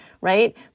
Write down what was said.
right